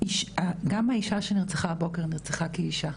גם האישה שנרצחה הבוקר נרצחה כי היא אישה.